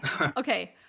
Okay